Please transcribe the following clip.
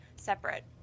Separate